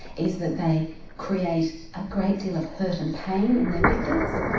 is that they create a great deal of hurt and pain in their victims,